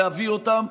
להביא אותן.